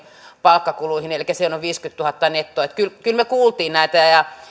palkkakuluihin elikkä sehän on viisikymmentätuhatta nettoa että kyllä kyllä me kuulimme näitä ja